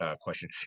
question